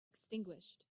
extinguished